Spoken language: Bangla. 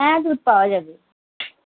হ্যাঁ দুধ পাওয়া যাবে